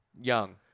Young